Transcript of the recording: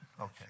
Okay